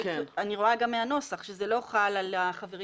אני רואה גם מהנוסח שזה לא חל על החברים